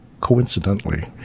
coincidentally